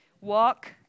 Walk